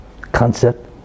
concept